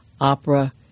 opera